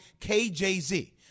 KJZ